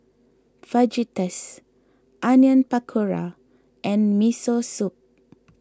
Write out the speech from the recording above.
Fajitas Onion Pakora and Miso Soup